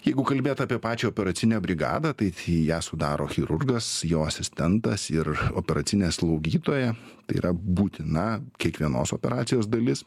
jeigu kalbėt apie pačią operacinę brigadą tai tai ją sudaro chirurgas jo asistentas ir operacinės slaugytoja tai yra būtina kiekvienos operacijos dalis